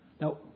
Now